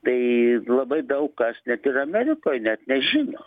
tai labai daug kas net ir amerikoj net nežino